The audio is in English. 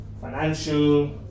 financial